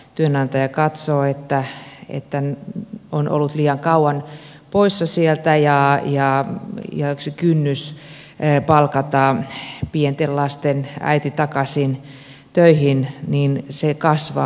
työnantaja katsoo että on ollut liian kauan poissa sieltä ja se kynnys palkata pienten lasten äiti takaisin töihin kasvaa